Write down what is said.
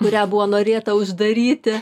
kurią buvo norėta uždaryti